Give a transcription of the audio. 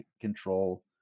control